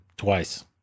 Twice